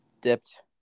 dipped